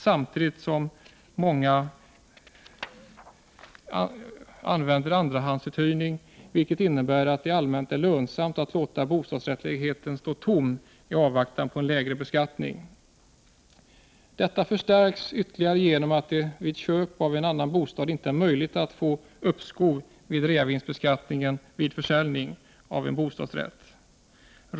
Samtidigt använder sig många av andrahandsuthyrningen, vilket innebär att det i allmänhet är lönsamt att låta en bostadsrättslägenhet stå tom i avvaktan på lägre beskattning. Detta förstärks ytterligare genom att det vid köp av en annan bostad inte är möjligt att få uppskov med reavinstskatten vid försäljning av en bostadsrätt.